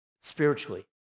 spiritually